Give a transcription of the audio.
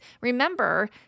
remember